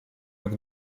jak